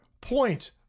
point